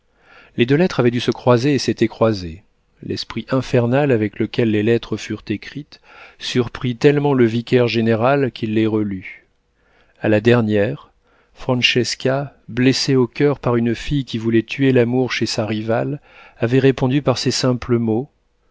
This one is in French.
les deux lettres avaient dû se croiser et s'étaient croisées l'esprit infernal avec lequel les lettres furent écrites surprit tellement le vicaire-général qu'il les relut a la dernière francesca blessée au coeur par une fille qui voulait tuer l'amour chez sa rivale avait répondu par ces simples mots